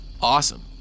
Awesome